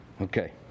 Okay